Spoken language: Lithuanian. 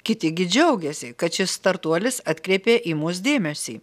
kiti gi džiaugėsi kad šis startuolis atkreipė į mus dėmesį